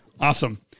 Awesome